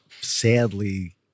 sadly